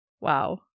Wow